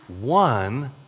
one